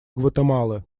гватемалы